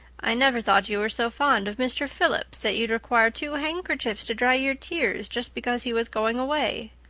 i never thought you were so fond of mr. phillips that you'd require two handkerchiefs to dry your tears just because he was going away,